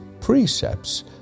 precepts